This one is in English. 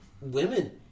Women